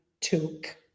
took